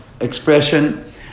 expression